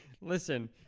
Listen